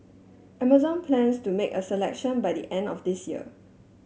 Amazon plans to make a selection by the end of this year